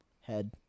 head